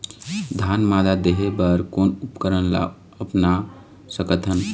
धान मादा देहे बर कोन उपकरण ला अपना सकथन?